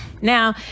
Now